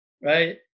Right